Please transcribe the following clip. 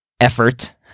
effort